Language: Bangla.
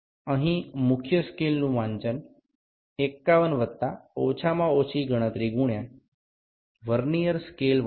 এখানে মূল স্কেল পাঠটি হল ৫১ যুক্ত সর্বনিম্ন গণনা গুণিতক ভার্নিয়ার স্কেলর পাঠ